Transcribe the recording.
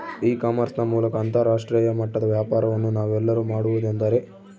E commerce ನ ಮೂಲಕ ಅಂತರಾಷ್ಟ್ರೇಯ ಮಟ್ಟದ ವ್ಯಾಪಾರವನ್ನು ನಾವೆಲ್ಲರೂ ಮಾಡುವುದೆಂದರೆ?